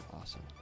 awesome